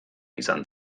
izan